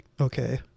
okay